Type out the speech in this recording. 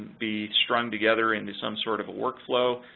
be strung together into some sort of a work flow.